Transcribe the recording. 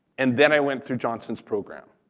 and then i went through johnson's program,